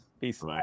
Peace